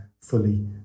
fully